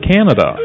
Canada